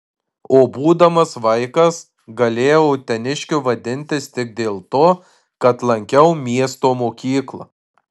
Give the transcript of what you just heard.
o būdamas vaikas galėjau uteniškiu vadintis tik dėl to kad lankiau miesto mokyklą